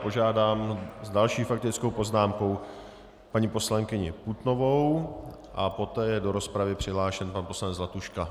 Požádám s další faktickou poznámkou paní poslankyni Putnovou a poté je do rozpravy přihlášen pan poslanec Zlatuška.